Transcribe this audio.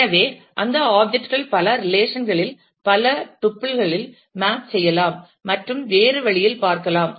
எனவே அந்த ஆப்ஜெக்ட் கள் பல ரிலேஷன் களில் பல டுப்பில் களில் மேப் செய்யலாம் மற்றும் வேறு வழியில் பார்க்கலாம்